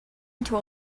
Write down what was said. into